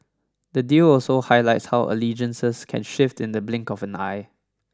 the deal also highlights how allegiances can shift in the blink of an eye